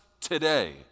today